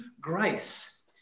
grace